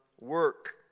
work